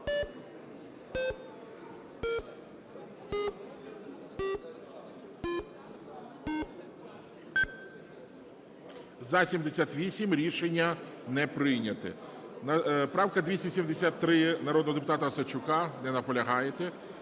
За-78 Рішення не прийнято. Правка 273, народного депутата Осадчука. Не наполягаєте.